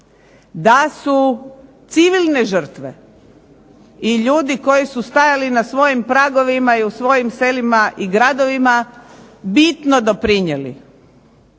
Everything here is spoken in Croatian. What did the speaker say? da su civilne žrtve i ljudi koji su stajali na svojim pragovima i u svojim selima i gradovima bitno doprinijeli